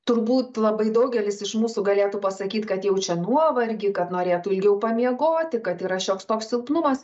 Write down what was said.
turbūt labai daugelis iš mūsų galėtų pasakyt kad jaučia nuovargį kad norėtų ilgiau pamiegoti kad yra šioks toks silpnumas